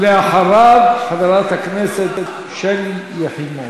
אחריו, חברת הכנסת שלי יחימוביץ,